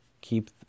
keep